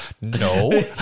no